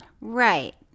Right